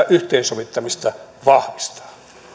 yhteensovittamista vahvistaa